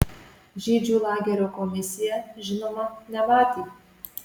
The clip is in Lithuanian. žydžių lagerio komisija žinoma nematė